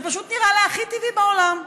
זה פשוט נראה לה הכי טבעי בעולם.